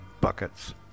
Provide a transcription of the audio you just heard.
buckets